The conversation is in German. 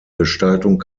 gestaltung